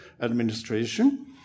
administration